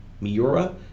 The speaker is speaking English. Miura